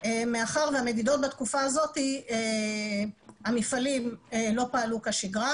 מאחר שבתקופה הזאת המפעלים לא פעלו כשגרה